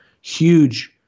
huge